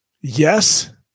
Yes